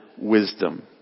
wisdom